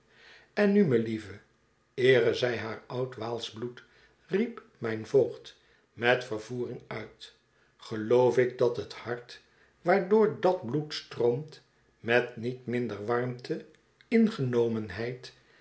en nu melieve eere zij haar oudwaalsch bloed riep mijn voogd met vervoering uit geloof ik dat het hart waardoor dat bloed stroomt met niet minder warmte ingenomenheid